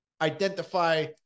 identify